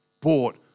bought